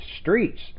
streets